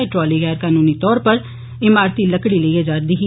एह् ट्राली गैर कनूनी तौर उप्पर इमारती लकड़ी लेइये जा'रदी ही